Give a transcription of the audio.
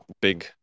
big